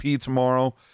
tomorrow